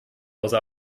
außer